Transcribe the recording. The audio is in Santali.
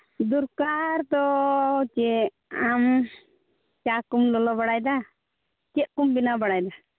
ᱫᱚᱨᱠᱟᱨ ᱫᱚ ᱪᱮᱫ ᱟᱢ ᱪᱟ ᱠᱚᱢ ᱞᱚᱞᱚ ᱵᱟᱲᱟᱭᱫᱟ ᱪᱮᱫ ᱠᱚᱢ ᱵᱮᱱᱟᱣ ᱵᱟᱲᱟᱭᱫᱟ